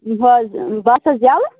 بہٕ حظ بس حظ یلہٕ